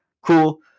Cool